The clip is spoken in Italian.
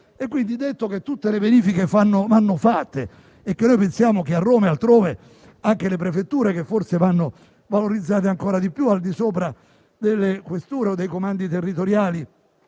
avvenire? Tutte le verifiche vanno fatte e noi pensiamo che a Roma e altrove anche le prefetture vadano valorizzate ancora di più, al di sopra delle questure o dei comandi territoriali